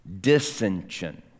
dissension